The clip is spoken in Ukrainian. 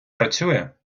працює